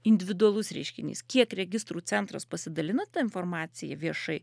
individualus reiškinys kiek registrų centras pasidalina ta informacija viešai